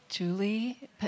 Julie